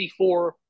54